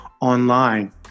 online